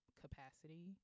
capacity